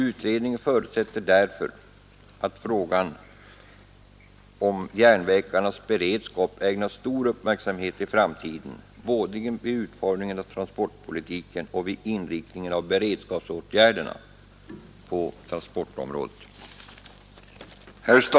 Utredningen förutsätter därför att frågan om järnvägarnas beredskap ägnas stor uppmärksamhet i framtiden, både vid utformningen av transportpolitiken och vid inriktningen av beredskapsåtgärderna på transportområdet.”